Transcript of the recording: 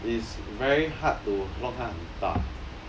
it's very hard to 弄它很大